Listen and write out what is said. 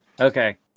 Okay